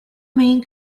main